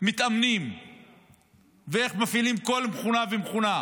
מתאמנים ואיך מפעילים כל מכונה ומכונה.